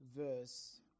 verse